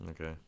Okay